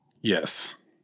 Yes